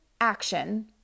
action